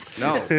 no.